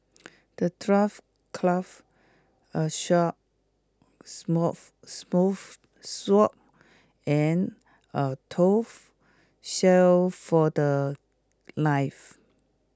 the dwarf crafted A sharp sword and A tough shield for The Life